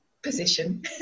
position